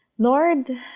Lord